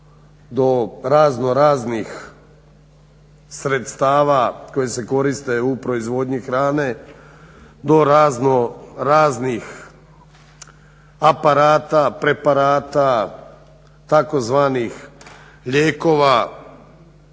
do razno raznih sredstava koji se koriste u proizvodnji hrane, do razno raznih aparata, preparata, tzv. lijekova.